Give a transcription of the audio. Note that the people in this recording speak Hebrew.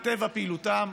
מטבע פעילותם,